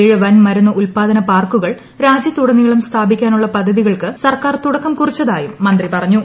ഏഴ് വൻ ഉൽപാദന പാർക്കുകൾ രാജ്യത്തുടനീളം മരുന്ന് സ്ഥാപിക്കാനുള്ള പദ്ധതികൾക്ക് സർക്കാർ തുടക്കം കുറിച്ചതായും മന്ത്രി പറഞ്ഞു